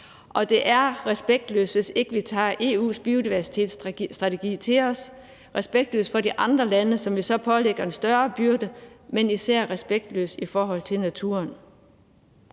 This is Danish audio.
og det er respektløst, hvis ikke vi tager EU's biodiversitetsstrategi til os – respektløst over for de andre lande, som vi så pålægger en større byrde, men især respektløst i forhold til naturen.